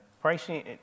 pricing